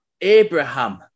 Abraham